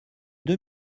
deux